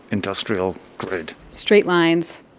industrial grid straight lines,